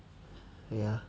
ya